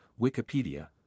Wikipedia